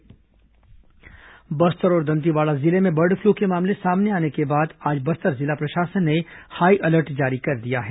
bird flu Bastar और दंतेवाड़ा जिले में बर्ड फ्लू के मामले सामने आने के बाद आज बस्तर जिला प्रशासन ने हाई अलर्ट जारी कर दिया है